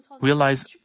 realize